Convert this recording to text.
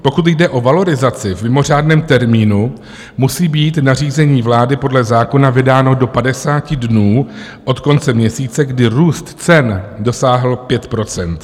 Pokud jde o valorizaci v mimořádném termínu, musí být nařízení vlády podle zákona vydáno do 50 dnů od konce měsíce, kdy růst cen dosáhl 5 %.